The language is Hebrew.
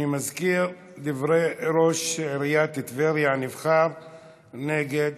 אני מזכיר: דברי ראש עיריית טבריה הנבחר נגד